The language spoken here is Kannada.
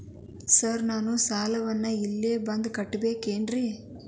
ಸರ್ ನಾನು ಸಾಲವನ್ನು ಇಲ್ಲೇ ಬಂದು ಕಟ್ಟಬೇಕೇನ್ರಿ?